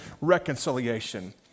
reconciliation